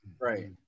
Right